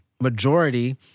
majority